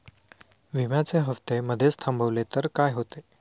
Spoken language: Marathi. विम्याचे हफ्ते मधेच थांबवले तर काय होते?